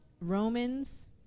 Romans